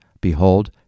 Behold